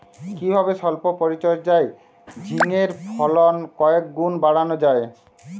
কিভাবে সল্প পরিচর্যায় ঝিঙ্গের ফলন কয়েক গুণ বাড়ানো যায়?